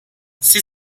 sie